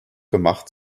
gemacht